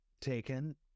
taken